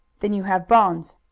then you have bonds.